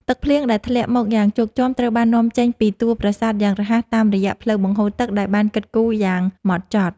ទឹកភ្លៀងដែលធ្លាក់មកយ៉ាងជោកជាំត្រូវបាននាំចេញពីតួប្រាសាទយ៉ាងរហ័សតាមរយៈផ្លូវបង្ហូរទឹកដែលបានគិតគូរយ៉ាងហ្មត់ចត់។